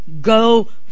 go